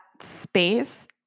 space